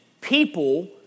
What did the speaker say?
people